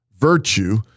Virtue